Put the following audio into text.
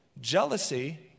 jealousy